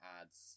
adds